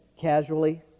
casually